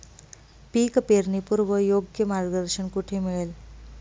पीक पेरणीपूर्व योग्य मार्गदर्शन कुठे मिळेल?